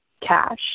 cash